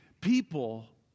People